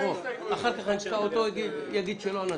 אחר כך יגידו שלא נתנו.